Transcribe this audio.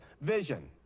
vision